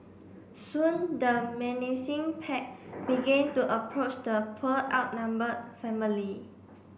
soon the menacing pack began to approach the poor outnumbered family